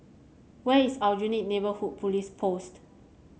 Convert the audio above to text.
where is Aljunied Neighbourhood Police Post